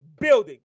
building